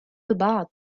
البعض